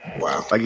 Wow